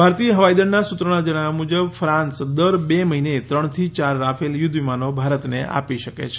ભારતીય હવાઈદળના સૂત્રોના જણાવ્યા મુજબ ફ્રાંસ દર બે મહિને ત્રણથી ચાર રાફેલ યુધ્ધ વિમાનો ભારતને આપી શકે છે